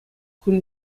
кун